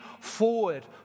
forward